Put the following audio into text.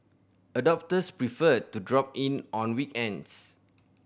adopters prefer to drop in on weekends